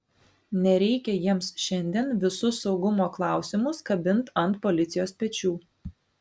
nereikia jiems šiandien visus saugumo klausimus kabint ant policijos pečių